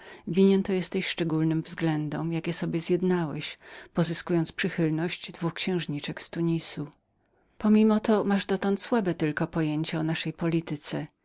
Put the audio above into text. to jesteś szczególnej zasłudze jaką sobie zjednałeś pozyskując przychylność dwóch księżniczek z tunis pomimo to masz dotąd słabe tylko pojęcie o naszej polityce